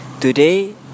today